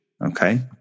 Okay